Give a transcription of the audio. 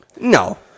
no